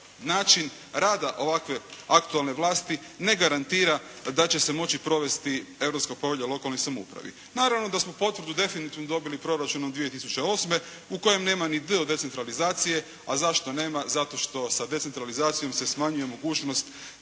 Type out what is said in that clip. način rada ovakve aktualne vlasti ne garantira da će se moći provesti Europska povelja o lokalnoj samoupravi. Naravno da smo potvrdu definitivno dobili proračunom 2008. u kojem nema niti “d“ od decentralizacije. A zašto nema? Zato što sa decentralizacijom se smanjuje mogućnost